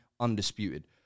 Undisputed